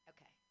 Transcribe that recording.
Okay